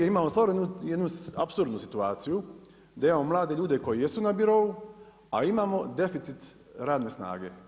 Imamo stvarno jednu apsurdnu situaciju, da imamo mlade ljude koji jesu na birou, a imamo deficit radne snage.